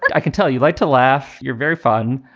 i can tell you liked to laugh. you're very fun.